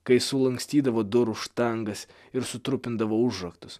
kai sulankstydavo durų štangas ir sutrupindavo užraktus